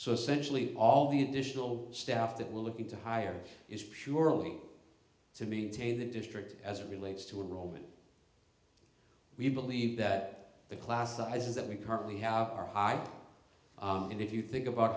so essentially all the additional staff that we're looking to hire is surely to be attained the district as it relates to a roman we believe that the class sizes that we currently have are high and if you think about